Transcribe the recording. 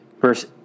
verse